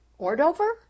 Ordover